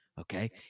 Okay